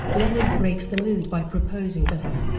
leonard breaks the mood by proposing to her.